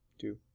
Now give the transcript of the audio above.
two